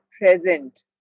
present